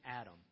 Adam